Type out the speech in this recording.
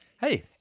Hey